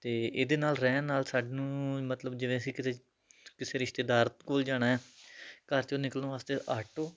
ਅਤੇ ਇਹਦੇ ਨਾਲ ਰਹਿਣ ਨਾਲ ਸਾਨੂੰ ਮਤਲਬ ਜਿਵੇਂ ਅਸੀਂ ਕਿਤੇ ਕਿਸੇ ਰਿਸ਼ਤੇਦਾਰ ਕੋਲ ਜਾਣਾ ਹੈ ਘਰ 'ਚੋਂ ਨਿਕਲਣ ਵਾਸਤੇ ਆਟੋ